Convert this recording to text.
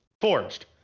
Forged